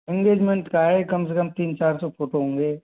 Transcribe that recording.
engagement का है कम से कम तीन चार सौ फोटो होंगे